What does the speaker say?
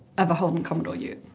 of a holden commodore ute.